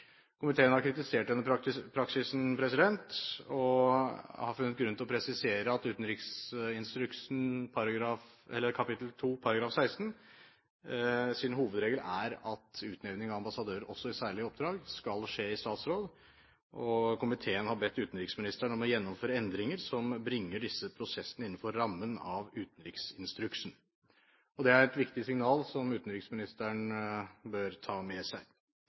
Komiteen har kritisert denne praksisen og funnet grunn til å presisere at utenriksinstruksens hovedregel, kapittel 2 § 16, er at utnevning av ambassadører også i særlige oppdrag skal skje i statsråd. Komiteen har bedt utenriksministeren om å gjennomføre endringer som bringer disse prosessene innenfor rammen av utenriksinstruksen. Det er et viktig signal som utenriksministeren bør ta med seg.